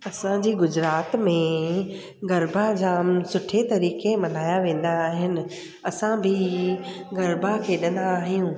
असांजे गुजरात में गरबा जाम सुठे तरीक़े मल्हाया वेंदा आहिनि असां बि गरबा खेॾंदा आहियूं